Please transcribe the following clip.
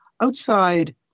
outside